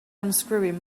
unscrewing